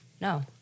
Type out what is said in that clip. No